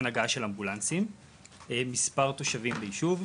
הגעה של אמבולנסים ומספר תושבים בישוב.